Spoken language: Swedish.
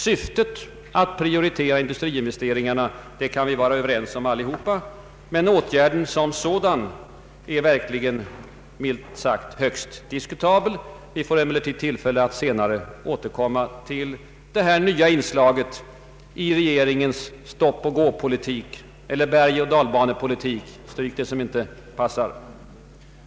Syftet med att prioritera industriinvesteringarna kan vi vara överens om, men åtgärden som sådan är verk ligen milt sagt högst diskutabel. Vi får emellertid tillfälle att senare återkomma till det här nya inslaget i regeringens stoppoch gåpolitik, eller bergoch dalbanepolitik; stryk det som inte passar.